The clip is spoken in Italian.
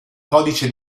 codice